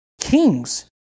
Kings